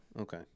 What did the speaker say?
okay